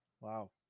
Wow